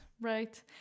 right